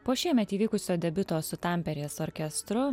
po šiemet įvykusio debiuto su tamperės orkestru